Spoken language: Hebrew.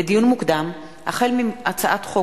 לדיון מוקדם: החל בהצעת חוק